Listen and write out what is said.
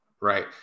right